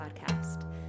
podcast